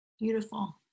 Beautiful